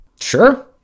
Sure